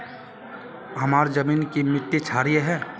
हमार जमीन की मिट्टी क्षारीय है?